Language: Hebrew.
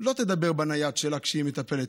לא תדבר בנייד שלה כשהיא מטפלת,